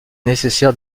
nécessaire